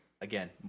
Again